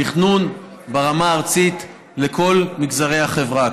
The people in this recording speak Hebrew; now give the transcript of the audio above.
תכנון ברמה הארצית לכל מגזרי החברה,